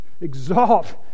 exalt